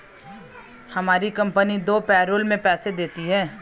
हमारी कंपनी दो पैरोल में पैसे देती है